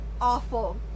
awful